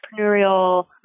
entrepreneurial